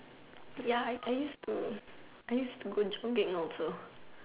ya I use to I use to go jogging also